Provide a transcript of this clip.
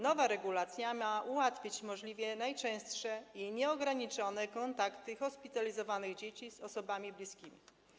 Nowa regulacja ma ułatwić możliwie najczęstsze i nieograniczone kontakty hospitalizowanych dzieci z osobami im bliskimi.